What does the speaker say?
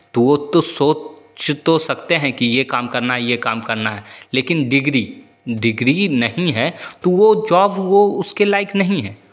तो वो तो सोच तो सकते हैं कि ये काम करना है ये काम करना है लेकिन डिग्री डिग्री नहीं है तो वो जॉब वो उसके लायक नहीं है